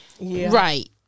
Right